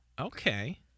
okay